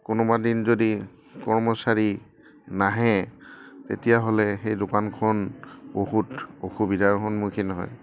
কোনোবা দিন যদি কৰ্মচাৰী নাহে তেতিয়াহ'লে সেই দোকানখন বহুত অসুবিধাৰ সন্মুখীন হয়